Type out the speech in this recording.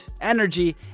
energy